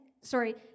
sorry